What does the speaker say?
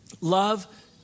love